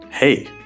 Hey